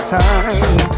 time